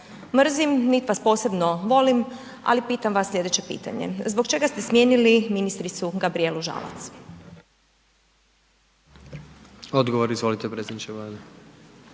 mrzim, nit vas posebno volim ali pitam vas slijedeće pitanje, zbog čega ste smijenili ministricu Gabrijelu Žalac? **Jandroković, Gordan (HDZ)**